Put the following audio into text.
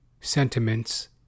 sentiments